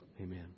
Amen